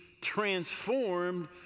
transformed